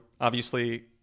obviously-